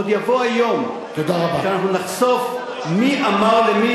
ועוד יבוא היום שאנחנו נחשוף מי אמר למי